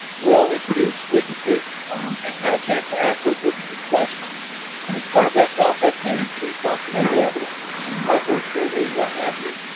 will introduce witnesses and have a chance to ask those witnesses questions, and as part of that process, may introduce documentary evidence records or what have you.